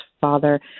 Father